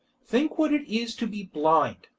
think what it is to be blind,